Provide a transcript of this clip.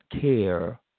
care